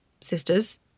sisters